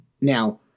Now